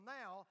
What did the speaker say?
now